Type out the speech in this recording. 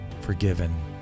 forgiven